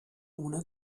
una